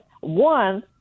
One